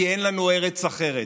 כי אין לנו ארץ אחרת.